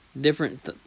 different